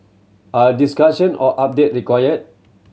are discussion or update required